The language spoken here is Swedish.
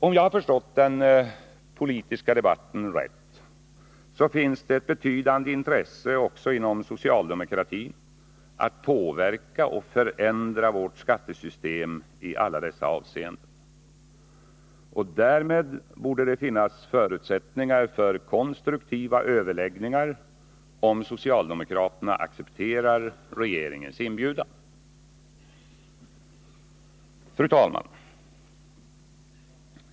Om jag har förstått den politiska debatten rätt, finns det också inom socialdemokratin ett betydande intresse av att påverka och förändra vårt skattesystem i alla dessa avseenden. Därmed borde det finnas förutsättningar för konstruktiva överläggningar, om socialdemokraterna accepterar regeringens inbjudan. Fru talman!